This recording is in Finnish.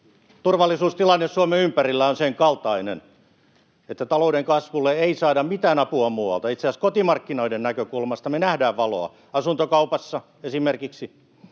turvallisuustilanne Suomen ympärillä ovat senkaltaisia, että talouden kasvulle ei saada mitään apua muualta. Itse asiassa kotimarkkinoiden näkökulmasta me nähdään valoa, esimerkiksi